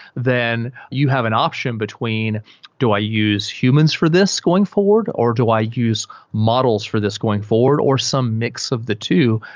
then you have an option between do i use humans for this going forward or do i use models for this going forward or some mix of the two?